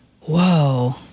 whoa